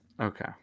okay